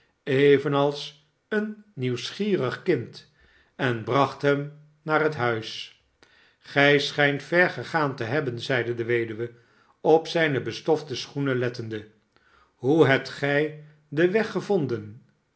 evenals een nieuwsgierig kind en bracht hem naar het huis gij schijnt ver gegaan te hebben zeide de weduwe op zijne bestofte schoenen lettende hoe hebt gij den weg gevonden